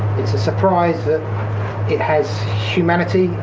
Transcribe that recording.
it's a surprise that it has humanity,